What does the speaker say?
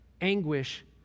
anguish